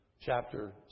chapter